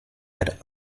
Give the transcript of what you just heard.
had